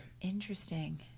Interesting